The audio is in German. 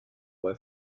bei